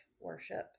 worship